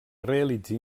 realitzi